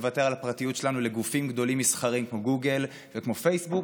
לוותר על הפרטיות שלנו לגופים גדולים מסחריים כמו גוגל וכמו פייסבוק,